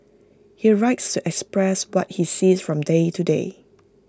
he writes to express what he sees from day to day